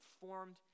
formed